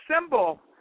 symbol